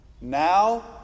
Now